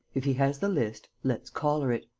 if he has the list, let's collar it.